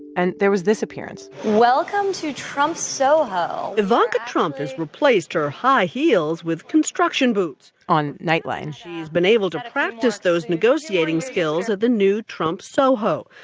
and there was this appearance. welcome to trump soho ivanka trump has replaced her high heels with construction boots. on nightline. she's been able to practice those negotiating skills at the new trump soho,